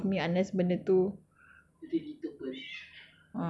ya nothing will scare the shit out of me unless benda tu